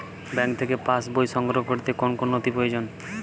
Bank থেকে pass বই সংগ্রহ করতে কোন কোন নথি প্রয়োজন?